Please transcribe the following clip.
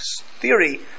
theory